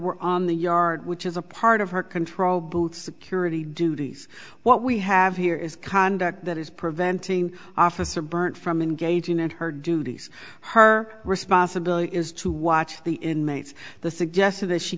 were on the yard which is a part of her control booth security duties what we have here is conduct that is preventing officer burnt from engaging in her duties her responsibility is to watch the inmates the suggested that she